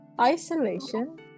isolation